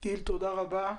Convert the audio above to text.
תודה רבה.